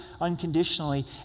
unconditionally